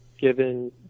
given